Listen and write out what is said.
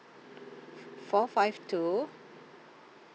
four five two